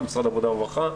משרד העבודה והרווחה,